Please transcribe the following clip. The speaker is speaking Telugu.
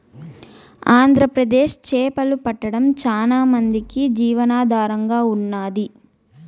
ఆంధ్రప్రదేశ్ చేపలు పట్టడం చానా మందికి జీవనాధారంగా ఉన్నాది